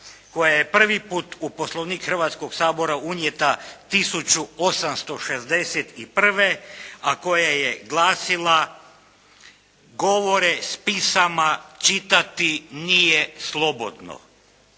koja je prvi put u Poslovnik Hrvatskog sabora unijeta 1861. a koja je glasila: "Govore s pisama čitati nije slobodno".